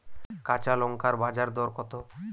কাঁচা লঙ্কার বাজার দর কত?